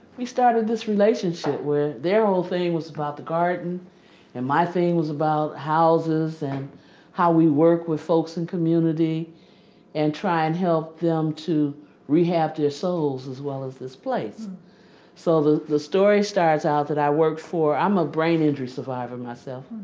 we started this relationship where their whole thing was about the garden and my thing was about houses and how we work with folks in community and try and help them to rehab their souls as well as this place so the the story starts out that i worked for i'm a brain injury survivor myself.